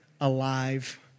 alive